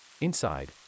Inside